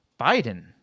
Biden